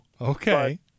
okay